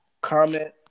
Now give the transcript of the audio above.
comment